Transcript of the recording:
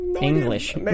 English